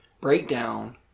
breakdown